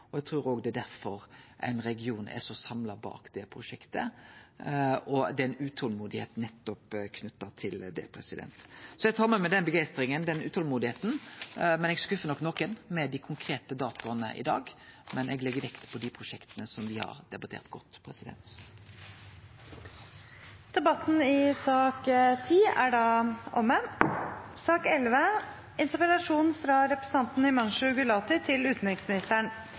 og eg trur òg det er derfor regionen er så samla bak det prosjektet, og at det er slikt utolmod knytt til nettopp det. Eg tar med meg den begeistringa, det utolmodet. Eg skuffar nok nokre med dei konkrete datoane i dag, men eg legg vekt på dei prosjekta som me har debattert godt. Da er debatten i sak nr. 10 omme. Vi nordmenn bor i verdens kanskje beste land å vokse opp i. Det er